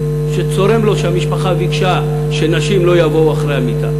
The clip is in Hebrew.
צורם לו שהמשפחה ביקשה שנשים לא יבואו אחרי המיטה,